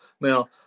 Now